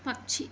पक्षी